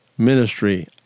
ministry